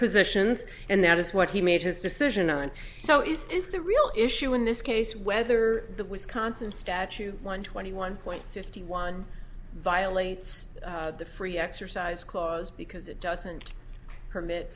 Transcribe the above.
positions and that is what he made his decision and so is the real issue in this case whether the wisconsin statute one twenty one point fifty one violates the free exercise clause because it doesn't permit